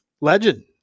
Legend